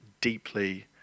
deeply